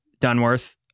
Dunworth